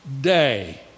day